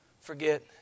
forget